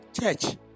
Church